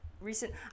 recent